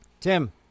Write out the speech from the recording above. Tim